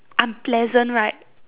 unpleasant right